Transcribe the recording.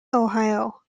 ohio